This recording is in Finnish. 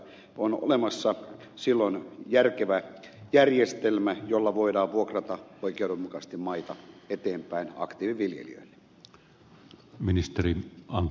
on olemassa silloin järkevä järjestelmä jolla voidaan vuokrata oikeudenmukaisesti maita eteenpäin aktiiviviljelijöille